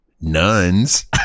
nuns